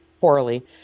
poorly